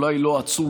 אולי לא עצום,